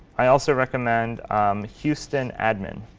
i also recommend houston admin.